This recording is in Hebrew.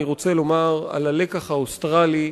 אני רוצה לדבר על הלקח האוסטרלי.